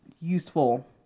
useful